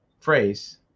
phrase